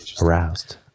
aroused